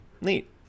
neat